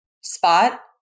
spot